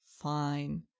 fine